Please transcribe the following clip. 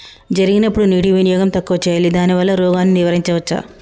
జరిగినప్పుడు నీటి వినియోగం తక్కువ చేయాలి దానివల్ల రోగాన్ని నివారించవచ్చా?